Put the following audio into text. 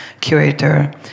curator